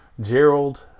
Gerald